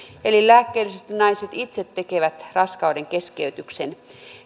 eli lääkkeellisesti naiset itse tekevät raskaudenkeskeytyksen